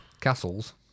Castles